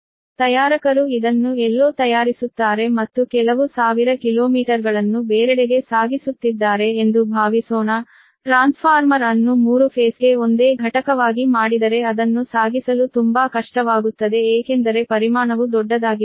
ತಯಾರಕರು ಇದನ್ನು ಎಲ್ಲೋ ತಯಾರಿಸುತ್ತಾರೆ ಮತ್ತು ಕೆಲವು ಸಾವಿರ ಕಿಲೋಮೀಟರ್ಗಳನ್ನು ಬೇರೆಡೆಗೆ ಸಾಗಿಸುತ್ತಿದ್ದಾರೆ ಎಂದು ಭಾವಿಸೋಣ ಟ್ರಾನ್ಸ್ಫಾರ್ಮರ್ ಅನ್ನು 3 ಫೇಸ್ಗೆ ಒಂದೇ ಘಟಕವಾಗಿ ಮಾಡಿದರೆ ಅದನ್ನು ಸಾಗಿಸಲು ತುಂಬಾ ಕಷ್ಟವಾಗುತ್ತದೆ ಏಕೆಂದರೆ ಪರಿಮಾಣವು ದೊಡ್ಡದಾಗಿರುತ್ತದೆ